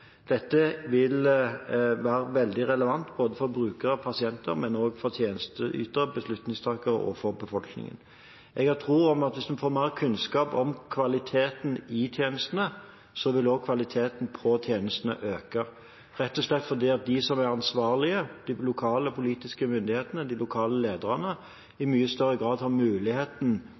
Dette vil være veldig relevant for både brukere og pasienter, men også for tjenesteyter, beslutningstakere og befolkning. Jeg har tro på at hvis en får mer kunnskap om kvaliteten på tjenestene, vil også kvaliteten på tjenestene øke – rett og slett fordi de som er ansvarlige, de lokale politiske myndighetene og lokale lederne, i mye større grad vil ha muligheten